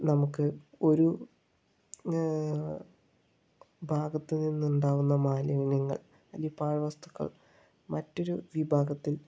നമുക്ക് ഒരു ഭാഗത്ത് നിന്നുണ്ടാകുന്ന മാലിന്യങ്ങൾ അല്ലെങ്കിൽ പാഴ്വസ്തുക്കൾ മറ്റൊരു വിഭാഗത്തിൽ